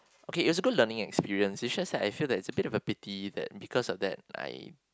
okay it was a good learning experience is just that I feel that it's a bit of a pity that because of that I